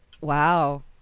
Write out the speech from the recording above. Wow